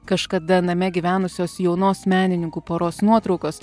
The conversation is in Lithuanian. kažkada name gyvenusios jaunos menininkų poros nuotraukos